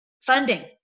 funding